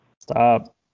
Stop